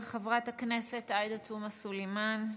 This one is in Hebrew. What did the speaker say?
חברת הכנסת עאידה תומא סלימאן.